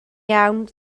iawn